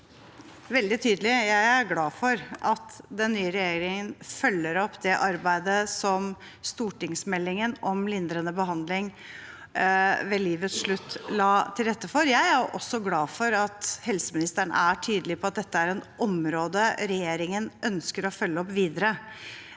veldig tydelig: Jeg er glad for at den nye regjeringen følger opp det arbeidet som stortingsmeldingen om lindrende behandling ved livets slutt la til rette for. Jeg er også glad for at helseministeren er tydelig på at dette er et område regjeringen ønsker å følge opp videre.